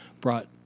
brought